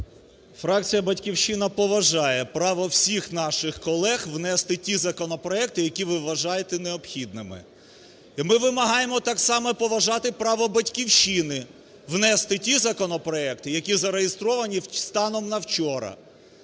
Фракція "Батьківщина" поважає право всіх наших колег внести ті законопроекти, які ви вважаєте необхідними. І ми вимагаємо, так само, поважати право "Батьківщини", внести ті законопроекти, які зареєстровані станом на вчора.